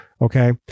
Okay